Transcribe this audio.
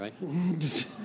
right